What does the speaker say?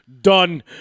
done